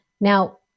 Now